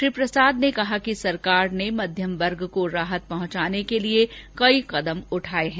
श्री प्रसाद ने कहा कि सरकार ने मध्यम वर्ग को राहत पहुंचाने के लिए कई कदम उठाए हैं